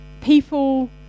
people